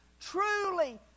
Truly